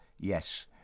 Yes